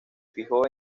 fijó